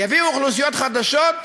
יביאו אוכלוסיות חדשות,